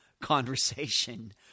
conversation